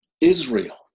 Israel